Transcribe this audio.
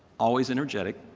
always energetic!